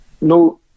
no